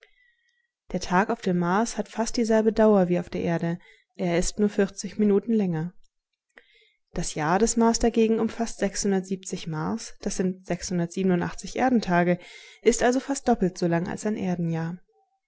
der tag auf dem mars hat fast dieselbe dauer wie auf der erde er ist nur vierzig minuten länger das jahr des mars dagegen um fast mars das erdentage ist also fast doppelt so lang als ein